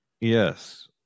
Yes